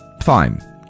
fine